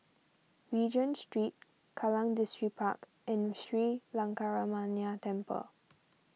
Regent Street Kallang Distripark and Sri Lankaramaya Temple